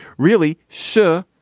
really. sure.